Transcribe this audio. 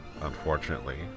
unfortunately